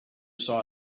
saw